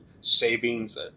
savings